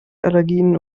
allergien